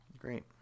Great